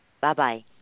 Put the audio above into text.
Bye-bye